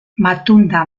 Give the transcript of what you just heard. matunda